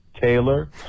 Taylor